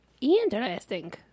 Interesting